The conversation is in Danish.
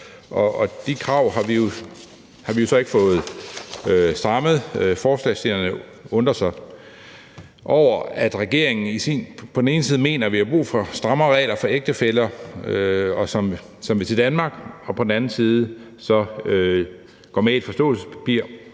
De krav har vi så ikke fået strammet. Forslagsstillerne undrer sig over, at regeringen på den ene side mener, vi har brug for strammere regler for ægtefæller, som vil til Danmark, og på den anden side går man med i et forståelsespapir,